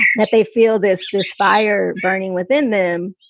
that they feel this this fire burning within them?